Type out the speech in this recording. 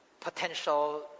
potential